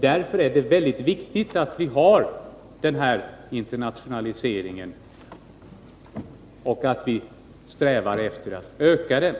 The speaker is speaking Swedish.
Därför är det mycket viktigt att vi har denna internationalisering och att vi strävar att öka den.